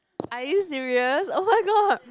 are you serious oh my god